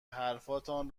حرفتان